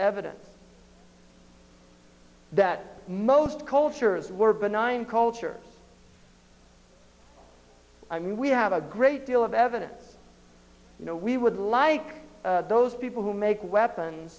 evidence that most cultures were benign culture i mean we have a great deal of evidence you know we would like those people who make weapons